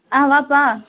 ஆ வாப்பா